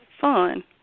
fun